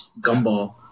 gumball